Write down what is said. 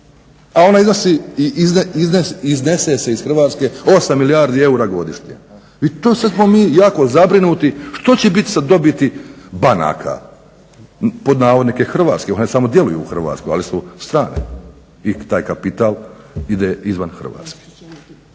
A iznese se iz Hrvatske 8 milijardi eura godišnje. I to sad smo mi jako zabrinuti što će biti sa dobiti banaka. Hrvatskih banaka.", one sam djeluju u Hrvatskoj, ali su strane i taj kapital ide izvan Hrvatske.